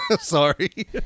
Sorry